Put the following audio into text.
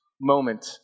moment